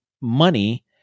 money